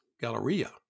Galleria